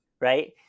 right